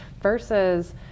Versus